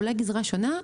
אולי גזרה שונה,